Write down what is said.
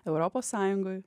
europos sąjungoj